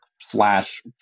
slash